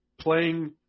playing